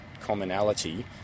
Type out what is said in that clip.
commonality